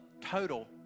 total